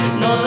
no